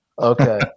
Okay